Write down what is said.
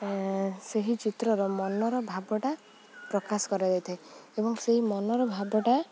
ସେହି ଚିତ୍ରର ମନର ଭାବଟା ପ୍ରକାଶ କରାଯାଇଥାଏ ଏବଂ ସେହି ମନର ଭାବଟା